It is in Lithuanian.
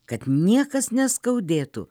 kad niekas neskaudėtų